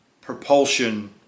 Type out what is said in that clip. propulsion